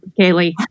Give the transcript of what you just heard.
Kaylee